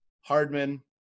hardman